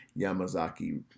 Yamazaki